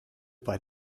bei